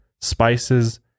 spices